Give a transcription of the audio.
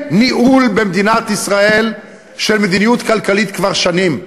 במדינת ישראל אין ניהול של מדיניות כלכלית כבר שנים.